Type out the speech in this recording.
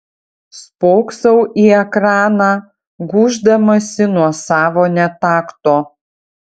spoksau į ekraną gūždamasi nuo savo netakto